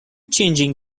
changing